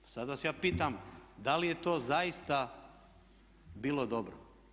Sad vas ja pitam da li je to zaista bilo dobro?